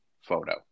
photo